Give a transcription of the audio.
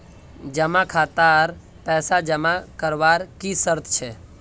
जमा खातात पैसा जमा करवार की शर्त छे?